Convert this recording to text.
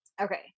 okay